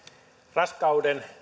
raskauden